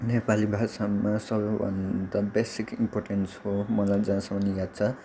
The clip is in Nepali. नेपाली भाषामा सबैभन्दा बेसिक इम्पोर्टेन्स हो मलाई जहाँसम्म याद छ